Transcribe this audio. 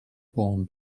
born